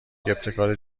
ابتکار